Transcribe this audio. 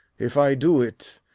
if i do it,